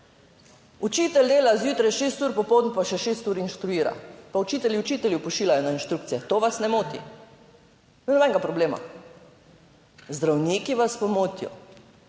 Učitelj dela zjutraj 6 ur, popoldan pa še 6 ur inštruira. Pa učitelji učitelju pošiljajo na inštrukcije. To vas ne moti. Ni nobenega problema. Zdravniki vas pa motijo.